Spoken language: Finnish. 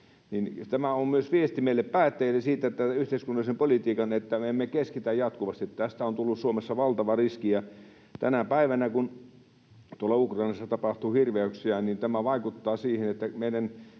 on myös viesti meille päättäjille siitä, että yhteiskunnallisessa politiikassa emme keskittäisi jatkuvasti. Tästä on tullut Suomessa valtava riski, ja tänä päivänä kun tuolla Ukrainassa tapahtuu hirveyksiä, tämä vaikuttaa siihen, että meidän